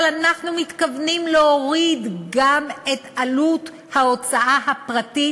אבל אנחנו מתכוונים להוריד גם את עלות ההוצאה הפרטית